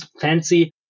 fancy